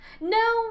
No